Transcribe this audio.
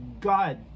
God